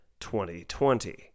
2020